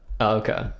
Okay